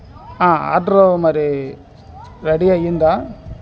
order మరి ready అయ్యిందా